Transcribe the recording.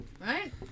right